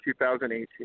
2018